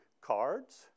cards